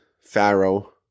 Pharaoh